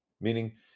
meaning